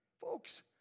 Folks